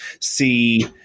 see